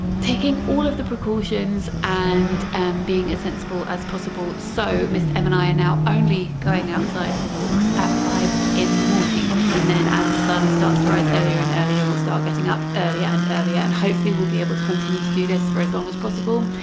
taking all of the precautions and and being as sensible as possible. so mr. m and i are now only going outside for walks at five zero in the morning and then as the sun starts to rise earlier and earlier we'll start getting up earlier and earlier, and hopefully we'll be able to continue to do this for as long as possible.